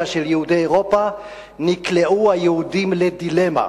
של יהודי אירופה נקלעו היהודים לדילמה: